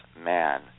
man